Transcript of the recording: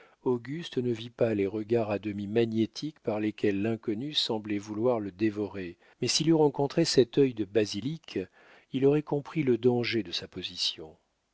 auguste ne vit pas les regards à demi magnétiques par lesquels l'inconnu semblait vouloir le dévorer mais s'il eût rencontré cet œil de basilic il aurait compris le danger de sa position